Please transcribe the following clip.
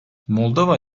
moldova